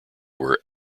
were